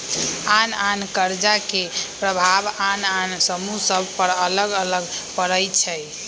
आन आन कर्जा के प्रभाव आन आन समूह सभ पर अलग अलग पड़ई छै